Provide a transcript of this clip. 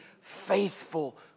faithful